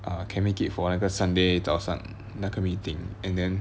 err can make it for whatever sunday 早上那个 meeting and then